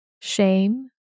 shame